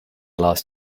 last